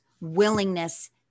willingness